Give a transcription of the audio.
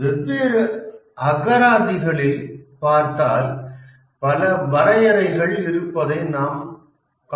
வெவ்வேறு அகராதிகளில் பார்த்தால் பல வரையறைகள் இருப்பதைக் நாம் காண முடியும்